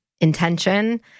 intention